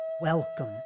Welcome